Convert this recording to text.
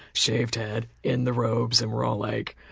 shaved head, in the robes, and we're all like,